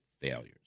failures